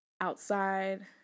outside